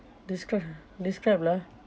describe ah describe lah